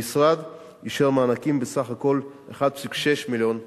המשרד אישר מענקים, בסך הכול 1.6 מיליון שקל.